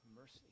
mercy